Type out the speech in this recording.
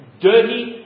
dirty